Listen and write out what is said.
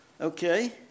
Okay